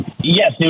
Yes